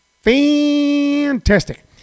fantastic